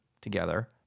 together